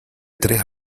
tres